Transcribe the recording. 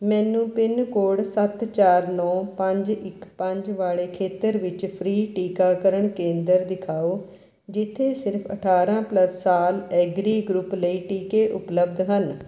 ਮੈਨੂੰ pin code ਸੱਤ ਚਾਰ ਨੌਂ ਪੰਜ ਇੱਕ ਪੰਜ ਵਾਲੇ ਖੇਤਰ ਵਿੱਚ ਫ੍ਰੀ ਟੀਕਾਕਰਨ ਕੇਂਦਰ ਦਿਖਾਓ ਜਿੱਥੇ ਸਿਰਫ਼ ਅਠਾਰ੍ਹਾਂ ਪਲੱਸ ਸਾਲ ਐਗਰੀ ਗਰੁੱਪ ਲਈ ਟੀਕੇ ਉਪਲਬਧ ਹਨ